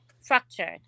fractured